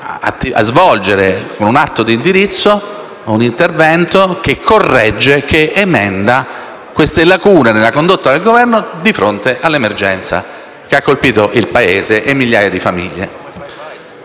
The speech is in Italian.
dovere, con un atto di indirizzo che corregge ed emenda queste lacune nella condotta del Governo di fronte all'emergenza che ha colpito il Paese e migliaia di famiglie.